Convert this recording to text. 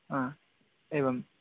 हा एवं